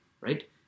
right